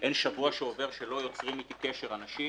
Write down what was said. אין שבוע שעובר שלא יוצרים איתי קשר אנשים